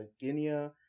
Guinea